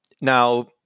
Now